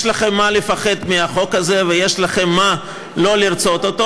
יש לכם מה לפחד מהחוק הזה ויש לכם סיבה לא לרצות אותו,